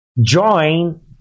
join